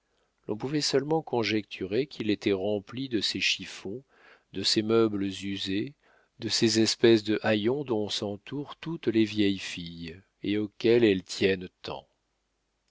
l'on pouvait seulement conjecturer qu'il était rempli de ces chiffons de ces meubles usés de ces espèces de haillons dont s'entourent toutes les vieilles filles et auxquels elles tiennent tant